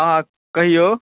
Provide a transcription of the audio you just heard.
हॅं कहियौ